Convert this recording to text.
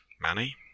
Manny